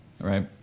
right